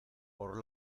por